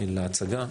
להצגה.